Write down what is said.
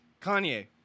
Kanye